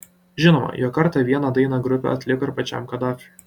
žinoma jog kartą vieną dainą grupė atliko ir pačiam kadafiui